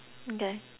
okay